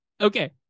Okay